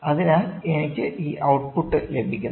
അതിനാൽ എനിക്ക് ഈ ഔട്ട് പുട്ട് ലഭിക്കുന്നു